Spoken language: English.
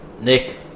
Nick